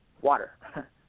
water